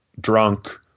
drunk